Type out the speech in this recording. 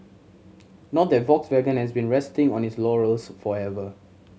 not that Volkswagen has been resting on its laurels however